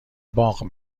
باغ